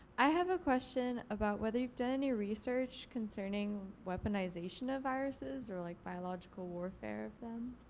i have a question about whether you've done any research concerning weaponization of viruses or like biological warfare of them?